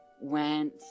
went